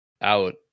out